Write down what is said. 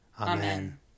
Amen